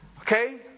Okay